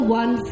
one